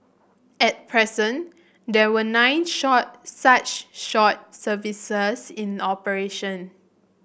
at present there were nine short such short services in operation